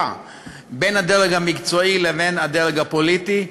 בין הדרג המקצועי לבין הדרג הפוליטי,